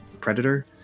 predator